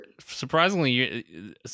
surprisingly